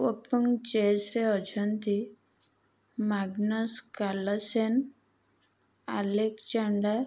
ଓ ପୁଣି ଚେସ୍ରେ ଅଛନ୍ତି ମାଗ୍ନସ୍ କାର୍ଲସେନ୍ ଆଲେକ୍ଜାଣ୍ଡାର